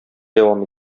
дәвам